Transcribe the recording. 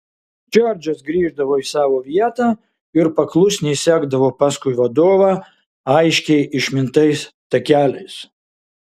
džordžas grįždavo į savo vietą ir paklusniai sekdavo paskui vadovą aiškiai išmintais takeliais